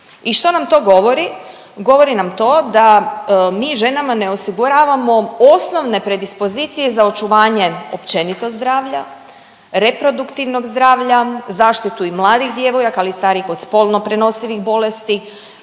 I što nam to govori? Govori nam to da mi ženama ne osiguravamo osnovne predispozicije za očuvanje općenito zdravlja, reproduktivnog zdravlja, zaštitu i mladih djevojaka ali i starijih od spolno prenosivih bolesti